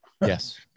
Yes